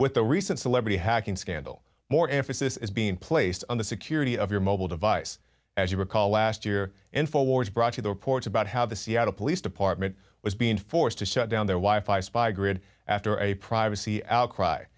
with the recent celebrity hacking scandal more emphasis is being placed on the security of your mobile device as you recall last year in four wars brought to the reports about how the seattle police department was being forced to shut down their wife i spy grid after a privacy outcry